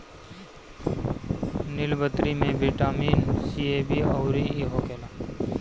नीलबदरी में vitamin C, A, B अउरी इ होखेला